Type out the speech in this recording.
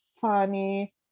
funny